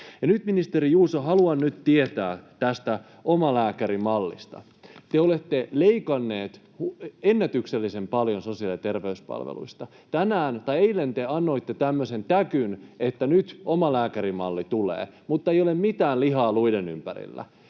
ministeri Juuso, haluan tietää tästä omalääkärimallista. Te olette leikanneet ennätyksellisen paljon sosiaali- ja terveyspalveluista. Eilen te annoitte tämmöisen täkyn, että nyt omalääkärimalli tulee, mutta ei ole mitään lihaa luiden ympärillä.